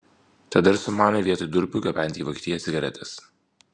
tada ir sumanė vietoj durpių gabenti į vokietiją cigaretes